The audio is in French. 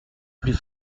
plus